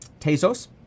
Tezos